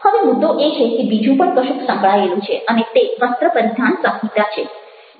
હવે મુદ્દો એ છે કે બીજું પણ કશુંક સંકળાયેલું છે અને તે વસ્ત્ર પરિધાન સંહિતા છે